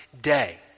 day